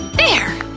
there!